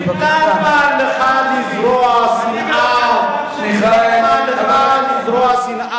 אדוני, שמענו באשקלון, איזה לינץ' עשו שם